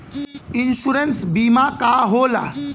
Insurance बीमा का होला?